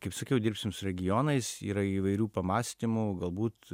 kaip sakiau dirbsim su regionais yra įvairių pamąstymų galbūt